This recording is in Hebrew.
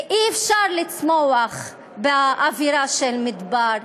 אי-אפשר לצמוח באווירה של מדבר.